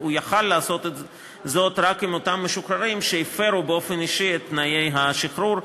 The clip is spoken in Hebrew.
יכלו לעשות זאת רק לגבי אותם משוחררים שהפרו באופן אישי את תנאי השחרור,